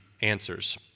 answers